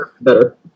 better